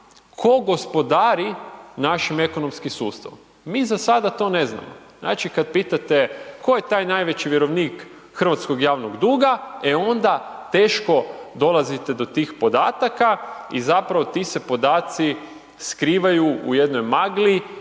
tko gospodari našim ekonomskim sustavom, mi za sada to ne znamo. Znači kada pitate, tko je taj najveći vjerovnik hrvatskog javnog duga, e onda teško dolazite do tih podataka i zapravo ti se podaci skrivaju u jednoj magli,